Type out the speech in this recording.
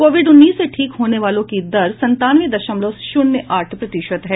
Covid उन्नीस से ठीक होने वालों की दर संतानवे दशमलव शून्य आठ प्रतिशत है